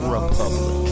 Republic